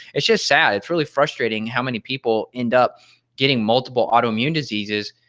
it's just sad, it's truly frustrating how many people end up getting multiple autoimmune diseases,